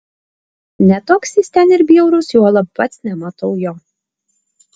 ne toks jis ten ir bjaurus juolab pats nematau jo